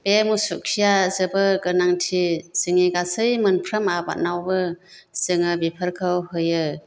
बे मोसौ खिया जोबोद गोनांथि जोंनि गासै मोनफ्रोम आबादनावबो जोङो बेफोरखौ होयो